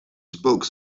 spoke